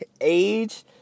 age